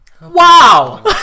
Wow